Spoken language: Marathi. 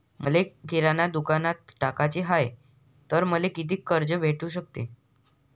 मले किराणा दुकानात टाकाचे हाय तर मले कितीक कर्ज भेटू सकते?